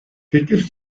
teklif